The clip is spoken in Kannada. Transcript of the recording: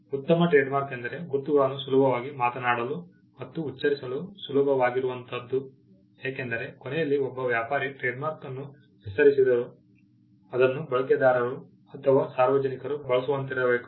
ಉತ್ತಮ ಟ್ರೇಡ್ಮಾರ್ಕ್ ಎಂದರೆ ಗುರುತುಗಳನ್ನು ಸುಲಭವಾಗಿ ಮಾತನಾಡಲು ಮತ್ತು ಉಚ್ಚರಿಸಲು ಸುಲಭವಾಗಿರುವಂಥದು ಏಕೆಂದರೆ ಕೊನೆಯಲ್ಲಿ ಒಬ್ಬ ವ್ಯಾಪಾರಿ ಟ್ರೇಡ್ಮಾರ್ಕ್ ಅನ್ನು ಹೆಸರಿಸಿದರು ಅದನ್ನು ಬಳಕೆದಾರರು ಅಥವಾ ಸಾರ್ವಜನಿಕರು ಬಳಸುವಂತಿರಬೇಕು